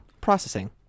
processing